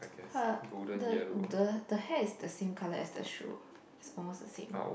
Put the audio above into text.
her the the the hair is the same colour as the shoe is almost the same